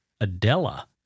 Adela